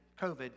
COVID